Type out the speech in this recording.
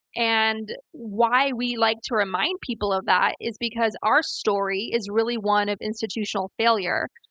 and why we like to remind people of that is because our story is really one of institutional failure.